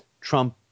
Trump